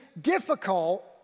difficult